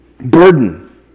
burden